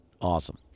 Awesome